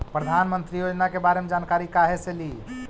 प्रधानमंत्री योजना के बारे मे जानकारी काहे से ली?